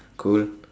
cool